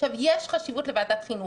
עכשיו, יש חשיבות לוועדת חינוך.